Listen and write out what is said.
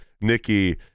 Nikki